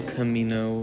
Camino